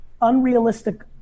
unrealistic